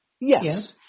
Yes